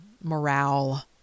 morale